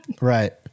right